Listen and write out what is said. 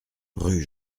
rue